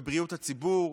ובבריאות הציבור,